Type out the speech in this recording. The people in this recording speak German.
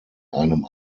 einem